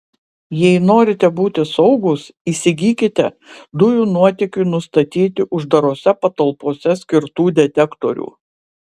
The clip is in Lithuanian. jei norite būti saugūs įsigykite dujų nuotėkiui nustatyti uždarose patalpose skirtų detektorių